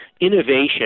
innovation